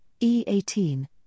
E18